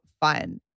fun